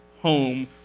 home